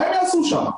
מה הם יעשו שם?